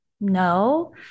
No